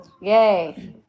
Yay